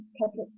public